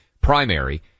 primary